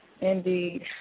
Indeed